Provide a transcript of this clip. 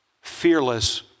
fearless